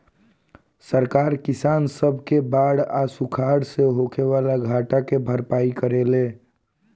सरकार किसान सब के बाढ़ आ सुखाड़ से होखे वाला घाटा के भरपाई करेले